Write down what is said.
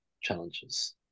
challenges